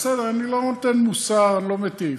בסדר, אני לא נותן מוסר, אני לא מטיף.